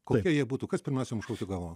kokie jie būtų kas pirmiausia jums šaus į galvą